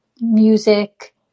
music